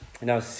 Now